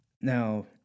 Now